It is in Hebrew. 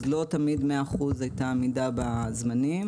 אז לא תמיד 100% הייתה עמידה בזמנים.